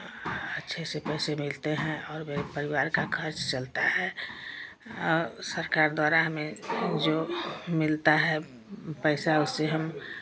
अच्छे से पैसे मिलते हैं और मेरे परिवार का खर्च चलता है और सरकार द्वारा हमें जो मिलता है पैसा उससे हम